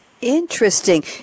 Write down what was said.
Interesting